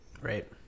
right